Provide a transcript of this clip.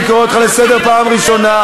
אני קורא אותך לסדר פעם ראשונה.